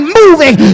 moving